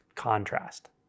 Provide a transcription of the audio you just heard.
Contrast